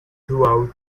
throughout